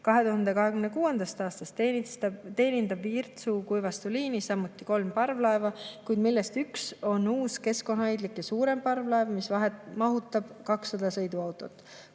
2026. aastast teenindavad Virtsu–Kuivastu liini samuti kolm parvlaeva, millest üks on uus, keskkonnahoidlik ja suurem parvlaev, mis mahutab 200 sõiduautot.